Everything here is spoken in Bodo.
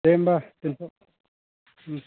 दे होमबा दोननोसै ओम